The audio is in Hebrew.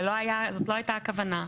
זאת לא הייתה הכוונה.